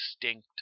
distinct